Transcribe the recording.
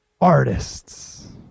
Artists